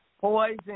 Poison